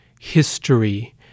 history